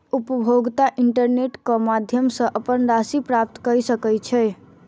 उपभोगता इंटरनेट क माध्यम सॅ अपन राशि प्राप्त कय सकै छै